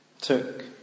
took